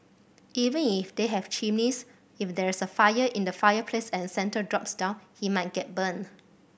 even if they have chimneys if there's a fire in the fireplace and Santa drops down he might get burnt